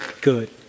good